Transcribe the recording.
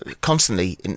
constantly